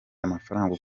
amafaranga